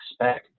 expect